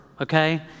okay